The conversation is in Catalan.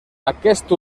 aquest